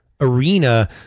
arena